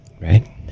right